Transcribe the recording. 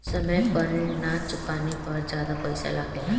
समय पर ऋण ना चुकाने पर ज्यादा पईसा लगेला?